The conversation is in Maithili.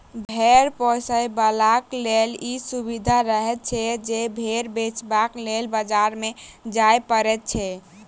भेंड़ पोसयबलाक लेल ई सुविधा रहैत छै जे भेंड़ बेचबाक लेल बाजार नै जाय पड़ैत छै